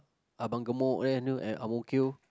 abang-gemuk at ang-mo-kio